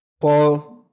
Paul